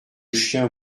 chien